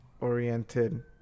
oriented